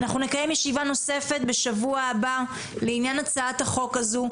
אנחנו נקיים ישיבה נוספת בשבוע הבא לעניין הצעת החוק הזו.